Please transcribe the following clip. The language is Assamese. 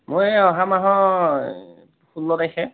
মোৰ এই অহা মাহৰ ষোল্ল তাৰিখে